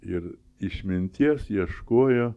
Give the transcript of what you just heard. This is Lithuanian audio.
ir išminties ieškojo